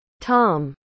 Tom